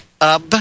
up